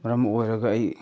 ꯃꯔꯝ ꯑꯣꯏꯔꯒ ꯑꯩ